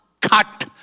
cut